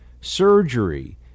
surgery